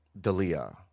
Dalia